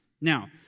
Now